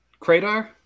Kratar